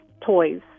toys